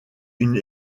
une